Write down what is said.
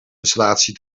installatie